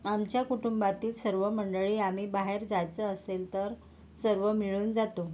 आमच्या कुटुंबातील सर्व मंडळी आम्ही बाहेर जायचं असेल तर सर्व मिळून जातो